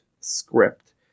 script